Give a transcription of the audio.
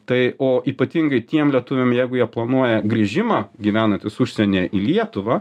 tai o ypatingai tiem lietuviam jeigu jie planuoja grįžimą gyvenantys užsienyje į lietuvą